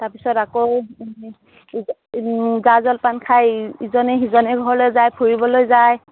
তাৰ পিছত আকৌ জা জলপান খাই ইজনে সিজনৰ ঘৰলৈ যায় ফুৰিবলৈ যায়